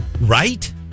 Right